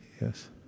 yes